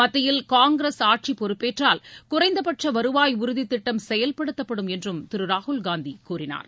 மத்தியில் காங்கிரஸ் ஆட்சிப் பொறுப்பேற்றால் குறைந்தபட்ச வருவாய் உறுதி திட்டம் செயல்படுத்தப்படும் என்றும் திரு ராகுல்காந்தி கூறினார்